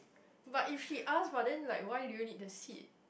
but if he asks but then like why do you need the seat